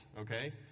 okay